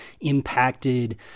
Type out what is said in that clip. impacted